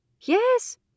Yes